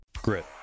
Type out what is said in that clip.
GRIT